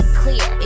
clear